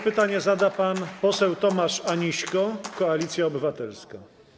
Pytanie zada pan poseł Tomasz Aniśko, Koalicja Obywatelska.